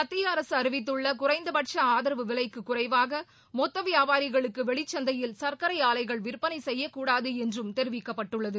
மத்திய அரசு அறிவித்துள்ள குறைந்தபட்ச ஆதரவு விலைக்கு குறைவாக மொத்த வியாபாரிகளுக்கு வெளிச் சந்தையில் சர்க்கரை ஆலைகள் விற்பனை செய்யக்கூடாது என்றும் தெரிவிக்கப்பட்டுள்ளது